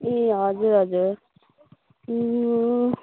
ए हजुर हजुर